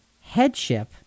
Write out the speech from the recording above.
headship